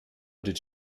did